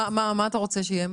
מה אתה רוצה שיהיה?